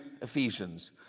Ephesians